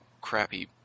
crappy